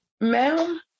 ma'am